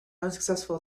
unsuccessful